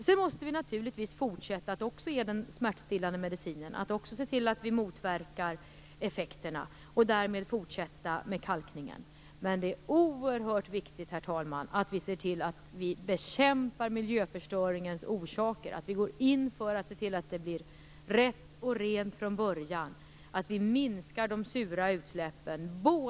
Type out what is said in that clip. Vi måste naturligtvis också fortsätta att ge den smärtstillande medicinen, att se till att motverka effekterna och därmed att fortsätta med kalkningen. Men det är oerhört viktigt, herr talman, att vi ser till att bekämpa miljöförstöringens orsaker, att vi går in för att se till att det blir rätt och rent från början, att vi minskar de sura utsläppen.